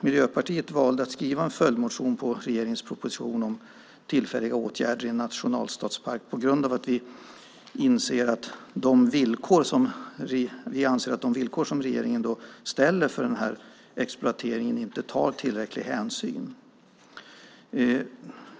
Miljöpartiet valde att väcka en följdmotion på regeringens proposition om tillfälliga åtgärder i en nationalstadspark på grund av att vi anser att de villkor som regeringen ställer för exploateringen inte tar tillräcklig hänsyn.